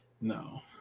No